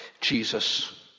Jesus